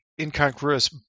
incongruous